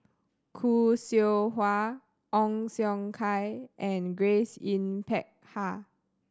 Khoo Seow Hwa Ong Siong Kai and Grace Yin Peck Ha